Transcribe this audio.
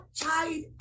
child